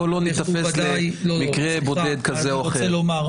בואו לא ניתפס למקרה בודד כזה או אחר.